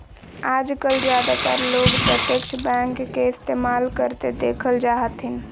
आजकल ज्यादातर लोग प्रत्यक्ष बैंक के इस्तेमाल करते देखल जा हथिन